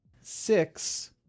Six